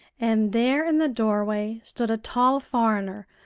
and there in the doorway stood a tall foreigner,